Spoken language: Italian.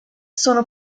sono